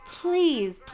please